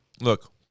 Look